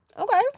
Okay